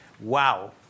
wow